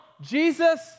jesus